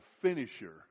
finisher